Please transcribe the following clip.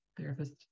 therapist